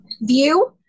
view